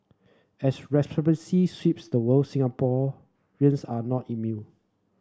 as sweeps the world Singapore are not immune